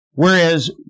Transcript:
Whereas